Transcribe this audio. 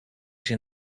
się